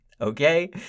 okay